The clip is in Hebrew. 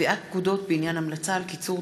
(קביעת פקודות בעניין המלצה על קיצור